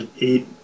eight